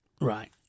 Right